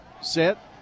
set